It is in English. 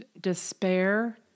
despair